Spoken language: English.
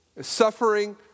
Suffering